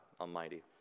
Almighty